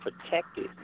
protected